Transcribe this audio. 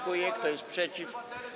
Kto jest przeciw?